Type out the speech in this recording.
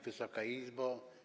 Wysoka Izbo!